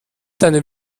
deine